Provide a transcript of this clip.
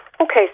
Okay